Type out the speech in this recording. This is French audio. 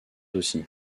aussi